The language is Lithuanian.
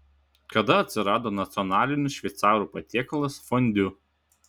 kada atsirado nacionalinis šveicarų patiekalas fondiu